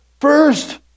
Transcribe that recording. first